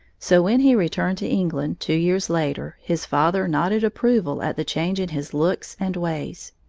so when he returned to england, two years later, his father nodded approval at the change in his looks and ways.